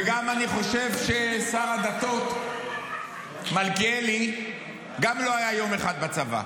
ואני חושב ששר הדתות מלכיאלי גם לא היה יום אחד בצבא.